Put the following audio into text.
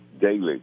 daily